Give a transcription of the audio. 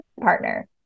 partner